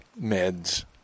meds